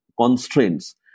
constraints